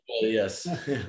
yes